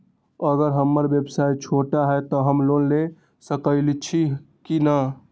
अगर हमर व्यवसाय छोटा है त हम लोन ले सकईछी की न?